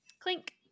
Clink